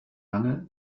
lange